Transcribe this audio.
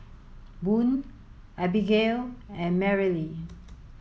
Boone Abigail and Merrily